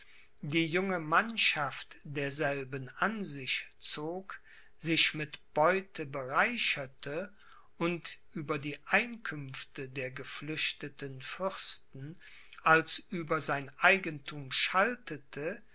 die junge mannschaft derselben an sich zog sich mit beute bereicherte und über die einkünfte der geflüchteten fürsten als über sein eigenthum schaltete